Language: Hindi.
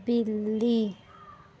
बिल्ली